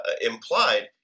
implied